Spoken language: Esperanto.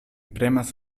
premas